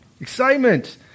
Excitement